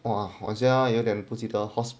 !wah! 好像有点不记得 hos~